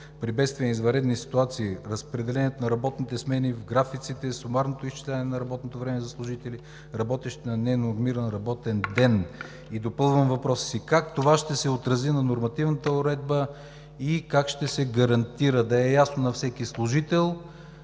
при бедствени и извънредни ситуации, разпределението на работните смени в графиците, сумарното изчисляване на работното време за служители, работещи на ненормиран работен ден. И допълвам въпроса си: как това ще се отрази на нормативната уредба и как ще се гарантира да е ясно на всеки служител,